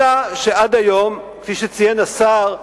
אלא שעד היום, כפי שציין השר,